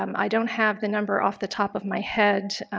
um i don't have the number off the top of my head,